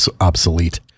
obsolete